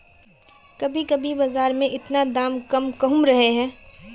कभी कभी बाजार में इतना दाम कम कहुम रहे है?